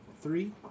three